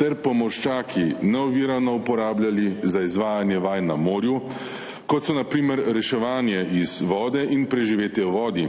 ter pomorščaki neovirano uporabljali za izvajanje vaj na morju, kot so na primer reševanje iz vode in preživetje v vodi,